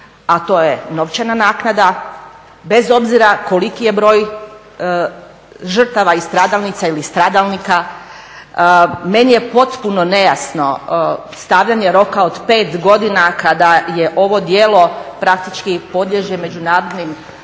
a to je novčana naknada bez obzira koliki je broj žrtava i stradalnica ili stradalnika. Meni je potpuno nejasno stavljanje roka od 5 godina kada ovo djelo praktički podliježe međunarodnim